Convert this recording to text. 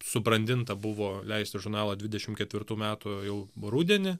subrandinta buvo leisti žurnalą dvidešim ketvirtų metų jau rudenį